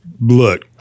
look